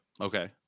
Okay